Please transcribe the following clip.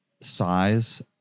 size